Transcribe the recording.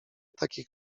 takich